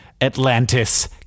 Atlantis